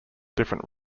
different